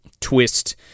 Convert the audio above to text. twist